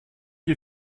qui